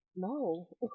No